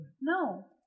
No